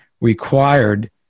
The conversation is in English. required